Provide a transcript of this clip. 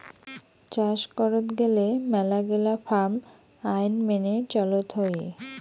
চাস করত গেলে মেলাগিলা ফার্ম আইন মেনে চলত হই